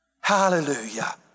Hallelujah